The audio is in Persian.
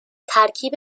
ترکیب